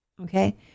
okay